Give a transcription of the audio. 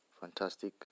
fantastic